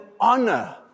honor